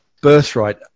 birthright